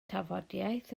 tafodiaith